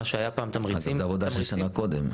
מה שהיה פעם תמריצים --- אבל זו עבודה של שנה קודם.